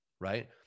right